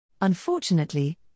Unfortunately